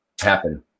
happen